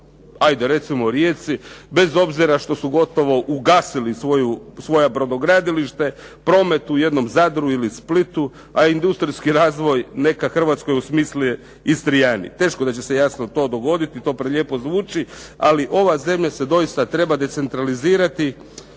hajde recimo u Rijeci bez obzira što su gotovo ugasili svoje brodogradilište, promet u jednom Zadru ili Splitu, a industrijski razvoj neka Hrvatskoj osmisle Istrijani. Teško da će se jasno to dogoditi, to prelijepo zvuči. Ali ova zemlja se doista treba decentralizirati